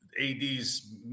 AD's